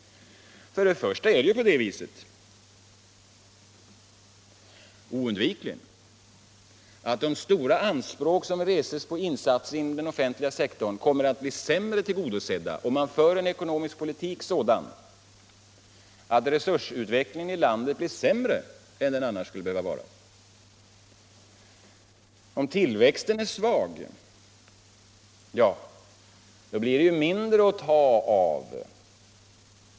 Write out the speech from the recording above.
För det första är det oundvikligen på det viset att de stora anspråk som reses på insatser inom den offentliga sektorn kommer att bli sämre tillgodosedda, om man för en sådan ekonomisk politik att resursutvecklingen i landet blir sämre än den annars skulle behöva vara. Om tillväxten är svag blir det ju mindre att ta av.